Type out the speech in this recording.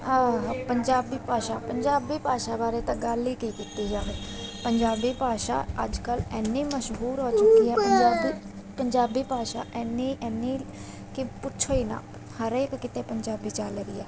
ਪੰਜਾਬੀ ਭਾਸ਼ਾ ਪੰਜਾਬੀ ਭਾਸ਼ਾ ਬਾਰੇ ਤਾਂ ਗੱਲ ਹੀ ਕੀ ਕੀਤੀ ਜਾਵੇ ਪੰਜਾਬੀ ਭਾਸ਼ਾ ਅੱਜ ਕੱਲ੍ਹ ਇੰਨੀ ਮਸ਼ਹੂਰ ਹੋ ਚੁੱਕੀ ਹੈ ਪੰਜਾਬੀ ਪੰਜਾਬੀ ਭਾਸ਼ਾ ਐਨੀ ਐਨੀ ਕਿ ਪੁੱਛੋ ਹੀ ਨਾ ਹਰੇਕ ਕਿਤੇ ਪੰਜਾਬੀ ਚੱਲ ਰਹੀ ਹੈ